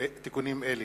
תיקונים אלה: